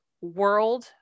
world